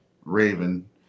raven